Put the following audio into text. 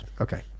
Okay